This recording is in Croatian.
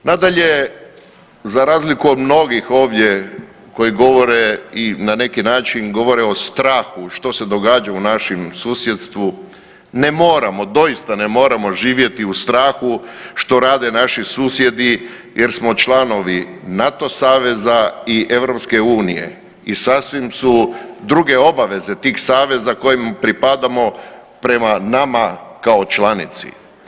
Nadalje, za razliku od mnogih ovdje koji govore i na neki način govore o strahu što se događa u našem susjedstvu, ne moramo, doista ne moramo živjeti u strahu što rade naši susjedi jer smo članovi NATO saveza i EU i sasvim su druge obaveze tih saveza kojima pripadamo prema nama kao članici.